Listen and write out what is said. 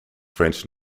french